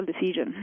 decision